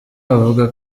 bavuga